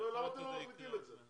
למה אתם לא מחליטים את זה?